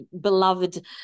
beloved